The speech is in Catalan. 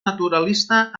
naturalista